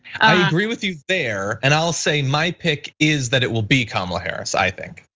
i agree with you there and i'll say my pick is that it will be kamala harris i think.